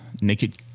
naked